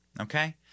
Okay